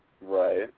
Right